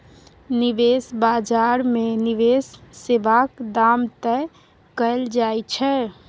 निबेश बजार मे निबेश सेबाक दाम तय कएल जाइ छै